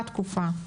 התקופה,